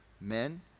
men